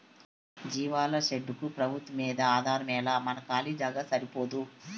జీవాల షెడ్డుకు పెబుత్వంమ్మీదే ఆధారమేలా మన కాలీ జాగా సరిపోదూ